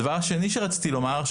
הדבר השני שרציתי לומר,